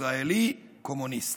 ישראלי, קומוניסט,